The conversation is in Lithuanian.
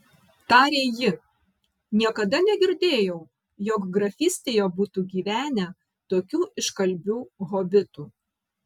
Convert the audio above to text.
tarė ji niekada negirdėjau jog grafystėje būtų gyvenę tokių iškalbių hobitų